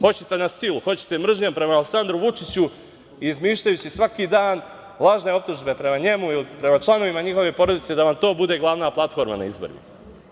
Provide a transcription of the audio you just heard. Hoćete na silu, hoćete mržnjom prema Aleksandru Vučiću, izmišljajući svaki dan lažne optužbe prema njemu ili prema članovima njegove porodice, da vam to bude glavna platforma na izborima.